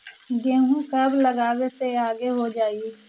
गेहूं कब लगावे से आगे हो जाई?